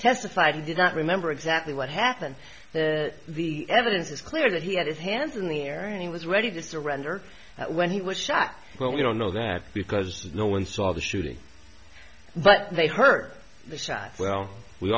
testified he did not remember exactly what happened that the evidence is clear that he had his hands in the air and he was ready to surrender when he was shot but we don't know that because no one saw the shooting but they hurt the shot well we